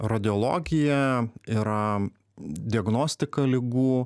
radiologija yra diagnostika ligų